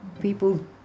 People